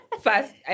First